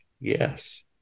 yes